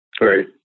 Right